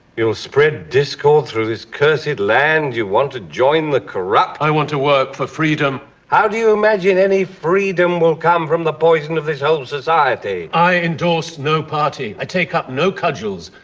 you'll spread discord through this cursed land. you want to join the corrupt? i want to work for freedom. how do you imagine any freedom will come from the poison of this whole society? i endorse no party. i take up no cudgels.